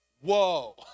whoa